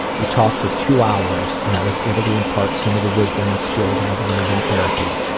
we talked for two hours, and i was able to impart some of the wisdom and skills i've learned in therapy.